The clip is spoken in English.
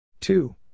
Two